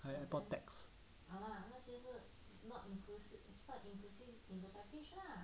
还有那个 tax